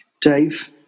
Dave